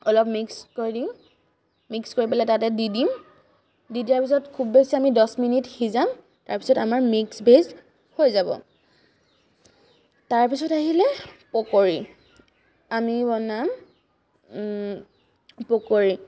অলপ মিক্স কৰি দিম মিক্স কৰি পেলাই তাতে দি দিম দি দিয়াৰ পিছত খুব বেছি আমি দহ মিনিট সিজাম তাৰপিছত আমাৰ মিক্স ভেজ হৈ যাব তাৰপিছত আহিলে পকৰি আমি বনাম পকৰি